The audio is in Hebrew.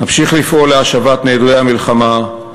נמשיך לפעול להשבת נעדרי המלחמה,